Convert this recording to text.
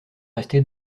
rester